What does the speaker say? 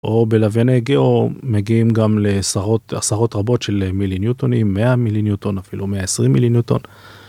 או בלוייני גיאו מגיעים גם לעשרות עשרות רבות של מילי ניוטונים 100 מילי ניוטון אפילו 120 מילי ניוטון.